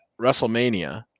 WrestleMania